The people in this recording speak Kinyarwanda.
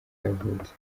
yavutse